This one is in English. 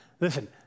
Listen